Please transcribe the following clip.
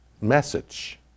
message